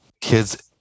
kids